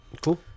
Cool